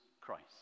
christ